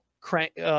crank